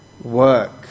work